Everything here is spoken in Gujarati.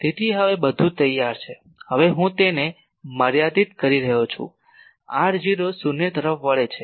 તેથી હવે બધું તૈયાર છે હવે હું તેને મર્યાદિત કરી રહ્યો છું r0 શૂન્ય તરફ વળે છે